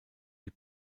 die